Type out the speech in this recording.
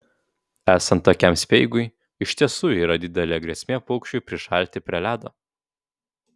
esant tokiam speigui iš tiesų yra didelė grėsmė paukščiui prišalti prie ledo